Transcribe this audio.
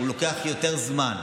לוקח יותר זמן.